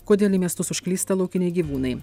kodėl į miestus užklysta laukiniai gyvūnai